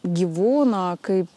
gyvūno kaip